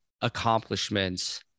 accomplishments